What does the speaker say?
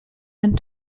and